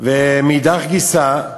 ומאידך גיסא,